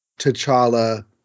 T'Challa